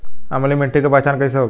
अम्लीय मिट्टी के पहचान कइसे होखे?